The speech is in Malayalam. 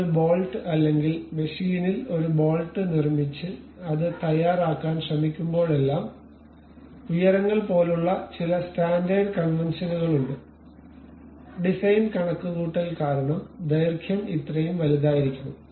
നിങ്ങൾ ഒരു ബോൾട്ട് അല്ലെങ്കിൽ മെഷീനിൽ ഒരു ബോൾട്ട് നിർമ്മിച്ച് അത് തയ്യാറാക്കാൻ ശ്രമിക്കുമ്പോഴെല്ലാം ഉയരങ്ങൾ പോലുള്ള ചില സ്റ്റാൻഡേർഡ് കൺവെൻഷനുകൾ ഉണ്ട് ഡിസൈൻ കണക്കുകൂട്ടൽ കാരണം ദൈർഘ്യം ഇത്രയും വലുതായിരിക്കണം